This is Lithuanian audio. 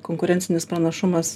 konkurencinis pranašumas